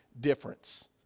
difference